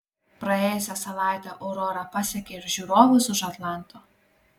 praėjusią savaitę aurora pasiekė ir žiūrovus už atlanto